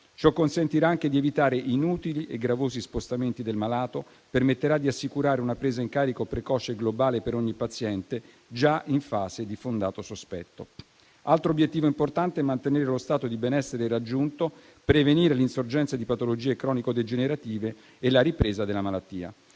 Ciò consentirà anche di evitare inutili e gravosi spostamenti del malato, permetterà di assicurare una presa in carico precoce e globale per ogni paziente, già in fase di fondato sospetto. Altro obiettivo importante è mantenere lo stato di benessere raggiunto, prevenire l'insorgenza di patologie cronico-degenerative e la ripresa della malattia.